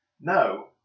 no